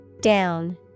Down